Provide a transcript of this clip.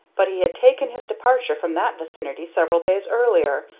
but he had taken his departure from that vicinity several days earlier,